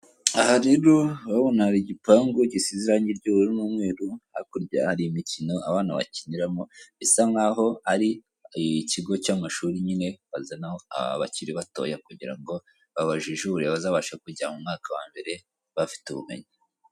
Aha rero urabibona hari igipangu gisize irange ry' ubururu n' umweru, hakurya hari imikino abana bakiniramo bisa nk' aho ari ikigo cy' amashuri nyine bazanaho abakiri batoya kugira ngo babajijure bazabashe kujya mu mwaka wa mbere bafite ubumenye.